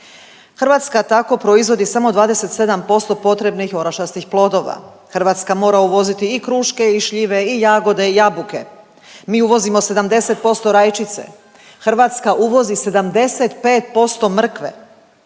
Hrvatska tako proizvodi samo 27% potrebnih orašastih plodova. Hrvatska mora uvoziti i kruške i šljive i jagode i jabuke. Mi uvozimo 70% rajčice. Hrvatska uvozi 75% mrkve.